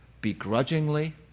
begrudgingly